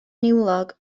niwlog